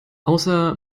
außer